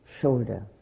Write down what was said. shoulder